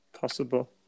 Possible